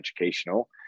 educational